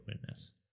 witness